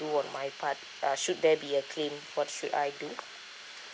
do on my part uh should there be a claim what should I do